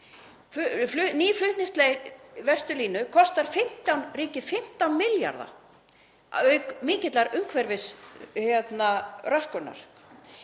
Ný flutningsleið Vesturlínu kostar ríkið 15 milljarða auk mikillar umhverfisröskunar.